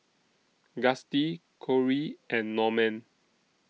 Gustie Corie and Norman